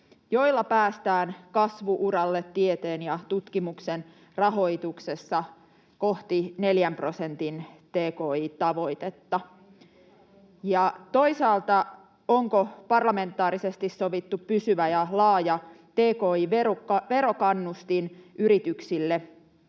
joilla päästään kasvu-uralle tieteen ja tutkimuksen rahoituksessa kohti neljän prosentin tki-tavoitetta. Ja toisaalta onko parlamentaarisesti sovittu pysyvä ja laaja tki-verokannustin yrityksille